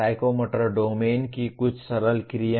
psychomotor domain की कुछ सरल क्रिया